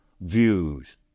views